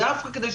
נכון.